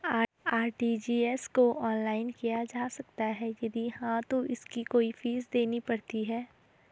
RTGS को online किया जा सकता है यदि हाँ तो इसकी कोई फीस देनी पड़ती है?